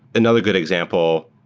another good example,